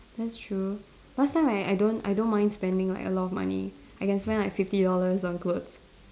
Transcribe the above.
that's true last time I I don't I don't mind spending like a lot of money I can spend like fifty dollars on clothes